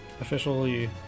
officially